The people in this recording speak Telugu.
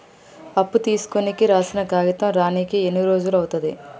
అప్పు తీసుకోనికి రాసిన కాగితం రానీకి ఎన్ని రోజులు అవుతది?